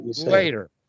later